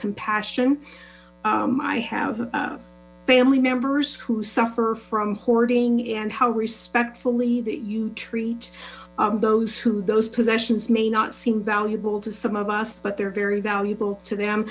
compassion i have family members who suffer from hoarding and how respectfully that you treat those who those possessions may not seem valuable to some of us but they're very valuable to them